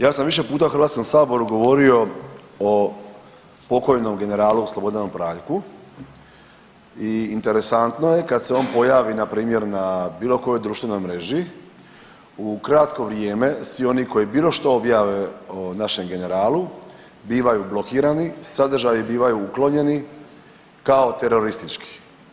Ja sam više puta u Hrvatskom saboru govorio o pokojnom generalnu Slobodanu Praljku i interesantno je kad se on pojavni npr. na bilo kojoj društvenoj mreži u kratko vrijeme svi oni koji bilo što objave o našem generalu bivaju blokirani, sadržaji bivaju uklonjeni kao teroristički.